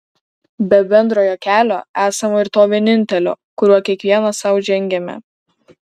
be bendrojo kelio esama ir to vienintelio kuriuo kiekvienas sau žengiame